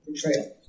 portrayal